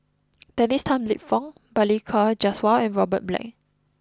Dennis Tan Lip Fong Balli Kaur Jaswal and Robert Black